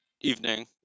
Evening